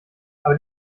aber